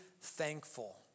thankful